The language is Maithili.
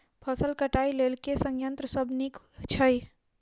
फसल कटाई लेल केँ संयंत्र सब नीक छै?